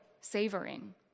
savoring